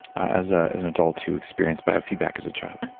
as ah an adult who experienced biofeedback as a child. if